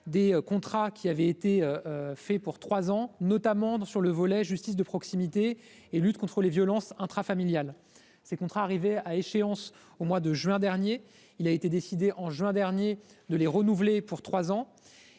des contrats qui avait été fait pour trois ans, notamment sur le volet justice de proximité et lutte contre les violences intrafamiliales ces contrats arrivés à échéance au mois de juin dernier il a été décidé en juin dernier de les renouveler pour 3 ans.